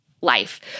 life